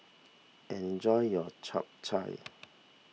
enjoy your Chap Chai